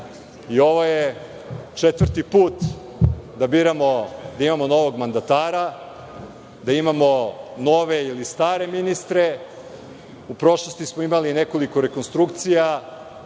je četvrti put da biramo, da imamo novog mandatara, da imamo nove ili stare ministre. U prošlosti smo imali nekoliko rekonstrukcija,